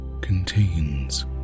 contains